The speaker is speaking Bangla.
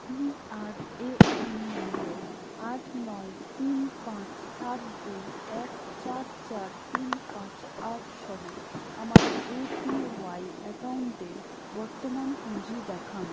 পিআরএএন নম্বর আট নয় তিন পাঁচ সাত দুই এক চার চার তিন পাঁচ আট সহ আমার এপিওয়াই অ্যাকাউন্টের বর্তমান পুঁজি দেখান